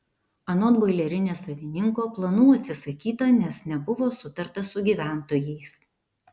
anot boilerinės savininko planų atsisakyta nes nebuvo sutarta su gyventojais